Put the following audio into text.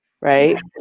right